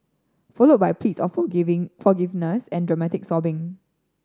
followed by pleas or for giving forgiveness and dramatic sobbing